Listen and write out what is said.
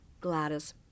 Gladys